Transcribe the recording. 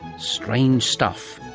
strange stuff.